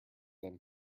than